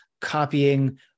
copying